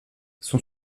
son